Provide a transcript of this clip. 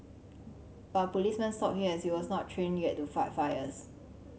but a policeman stopped him as he was not trained yet to fight fires